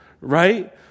Right